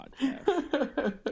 podcast